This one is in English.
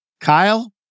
Kyle